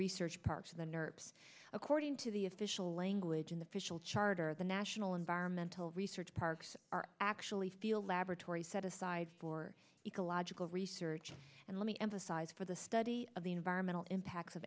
research park to the nerds according to the official language in the fischel charter the national environmental research parks are actually feel laboratory set aside for ecological research and let me emphasize for the study of the environmental impacts of